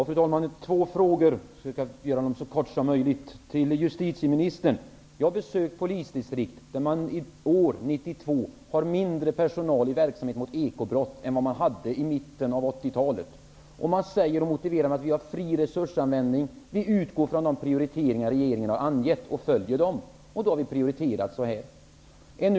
Fru talman! Jag har två frågor, och jag skall försöka göra dem så korta som möjligt. Först till justitieministern. Jag har besökt polisdistrikt där man i år, 1992, har mindre personal i verksamhet mot ekobrott än man hade i mitten av 80-talet. Det motiveras med att man har fri resursanvändning och följer de prioriteringar regeringen har angett. Då har prioriteringen blivit sådan.